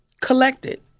collected